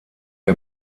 der